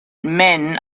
men